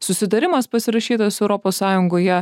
susitarimas pasirašytas europos sąjungoje